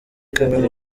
kamwe